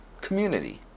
community